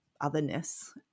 otherness